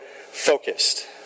focused